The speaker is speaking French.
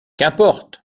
qu’importe